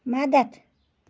مدتھ